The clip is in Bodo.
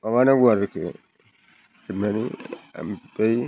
माबानांगौ आरोखि हेबनानै ओमफ्राय